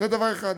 זה דבר אחד.